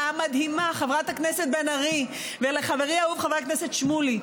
המדהימה חברת הכנסת בן ארי ולחברי האהוב חבר הכנסת שמולי,